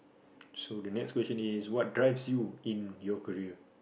so the next question is what drives you in your career